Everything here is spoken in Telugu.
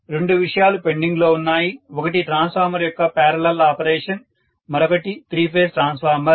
కాబట్టి రెండు విషయాలు పెండింగ్లో ఉన్నాయి ఒకటి ట్రాన్స్ఫార్మర్ యొక్క పారలల్ ఆపరేషన్ మరొకటి త్రీ ఫేజ్ ట్రాన్స్ఫార్మర్